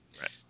Right